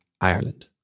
Ireland